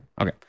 okay